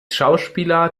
schauspieler